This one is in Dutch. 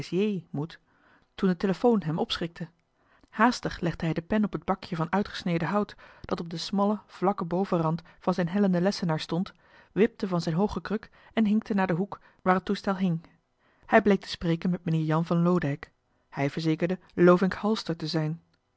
toen de telefoon hem opschrikte haastig legde hij de pen op het bakje van uitgesneden hout dat op den smallen vlakken bovenrand van zijn hellenden lessenaar stond wipte van zijn hooge kruk en hinkte naar den hoek waar het toestel hing hij bleek te spreken met meneer jan van loodijck hij verzekerde lovink halster te zijn